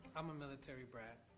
i'm a military brat,